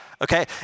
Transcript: Okay